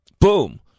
boom